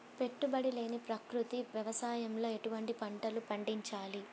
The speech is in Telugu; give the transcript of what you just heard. పెట్టుబడి లేని ప్రకృతి వ్యవసాయంలో ఎటువంటి పంటలు పండించాలి?